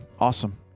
Awesome